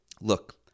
Look